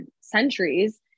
centuries